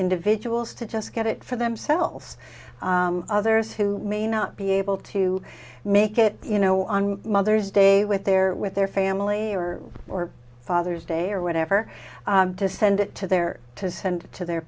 individuals to just get it for themselves others who may not be able to make it you know on mother's day with their with their family or or father's day or whatever to send it to their to send to their